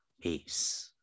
Peace